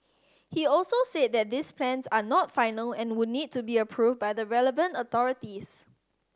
he also said that these plans are not final and would need to be approved by the relevant authorities